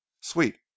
sweet